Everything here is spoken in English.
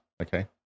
okay